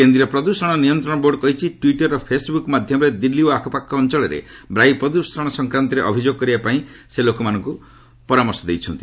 କେନ୍ଦ୍ରୀୟ ପ୍ରଦୃଷଣ ନିୟନ୍ତ୍ରଣ ବୋର୍ଡ କହିଛନ୍ତି ଟ୍ୱିଟର ଓ ଫେସ୍ବୁକ୍ ମାଧ୍ୟମରେ ଦିଲ୍ଲୀ ଓ ଆଖପାଖ ଅଞ୍ଚଳରେ ବାୟୁ ପ୍ରଦୃଷଣ ସଂକ୍ରାନ୍ତରେ ଅଭିଯୋଗ କରିବା ପାଇଁ ଲୋକମାନଙ୍କୁ କୁହାଯାଇଛି